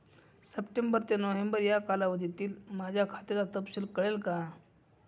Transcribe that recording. September ते November या कालावधीतील माझ्या खात्याचा तपशील कळेल का?